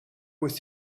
with